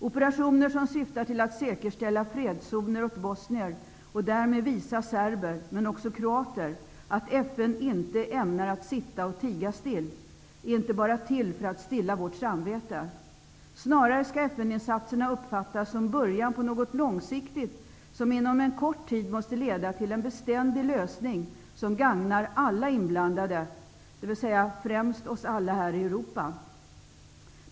Operationer som syftar till att säkerställa fredszoner åt bosnier, och därmed visa serber men även kroater att FN inte ämnar sitta och tiga still, är inte bara till för att stilla vårt samvete. Snarare skall FN-insatserna uppfattas som början på något långsiktigt, som inom en kort tid måste leda till en beständig lösning som gagnar alla inblandade, dvs. främst oss alla här i Europa.